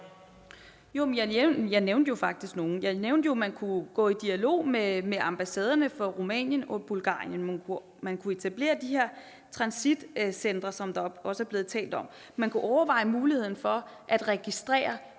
Jeg nævnte faktisk nogle. Jeg nævnte jo, at man kunne gå i dialog med ambassaderne for Rumænien og Bulgarien. Man kunne etablere de her transitcentre, som der også er blevet talt om. Man kunne overveje muligheden for at registrere